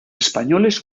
españoles